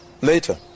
later